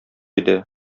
иде